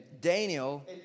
Daniel